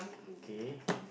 kay